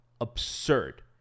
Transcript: absurd